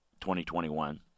2021